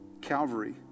Calvary